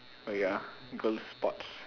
oh ya girl's sports